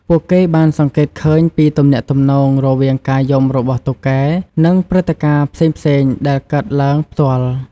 ពួកគេបានសង្កេតឃើញពីទំនាក់ទំនងរវាងការយំរបស់តុកែ និងព្រឹត្តិការណ៍ផ្សេងៗដែលកើតឡើងផ្ទាល់។